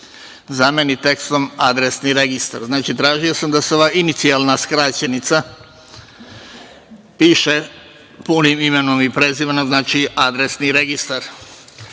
zameni tekstom Adresni registar. Znači, tražio sam da se ova inicijalna skraćenica piše punim imenom i prezimenom, znači, Adresni registar. Predlog